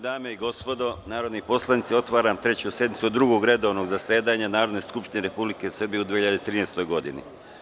dame i gospodo narodni poslanici, otvaram Treću sednicu Drugog redovnog zasedanja Narodne skupštine Republike Srbije u 2013. godini.